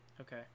Okay